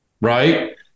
right